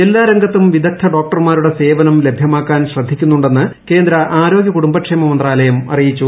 എല്ലാ രംഗത്തും വിദഗ്ധ ഡോക്ടർമാരുടെ സേവനം ലഭൃമാക്കാൻ ശ്രദ്ധിക്കുന്നുണ്ടെന്ന് കേന്ദ്ര ആരോഗൃ കുടുംബക്ഷേമ മന്ത്രാലയം അറിയിച്ചു